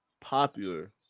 popular